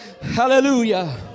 Hallelujah